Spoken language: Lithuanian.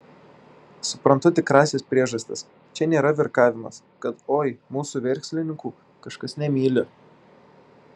suprantu tikrąsias priežastis čia nėra virkavimas kad oi mūsų verslininkų kažkas nemyli